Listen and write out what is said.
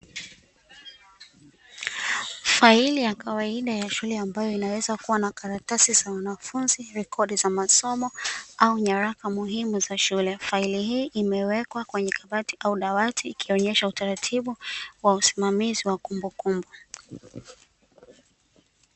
Faili ya kawaida ya shule ambayo inaweza kuwa na karatasi za wanafunzi, rekodi za masomo au nyaraka muhimu za shule. Faili hii imewekwa kwenye kabati au dawati ikionyesha utaratibu wa usimamizi wa kumbukumbu.